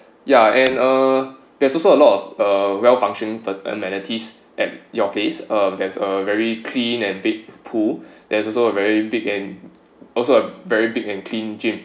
ya and uh there is also a lot of uh well functioning amenities at your place um there's a very clean and big pool there is also a very big and also a very big and clean gym